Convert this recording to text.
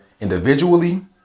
individually